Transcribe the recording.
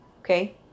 Okay